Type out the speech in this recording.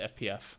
FPF